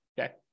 Okay